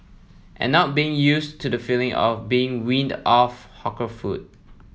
and not being used to the feeling of being weaned off hawker food